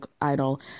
Idol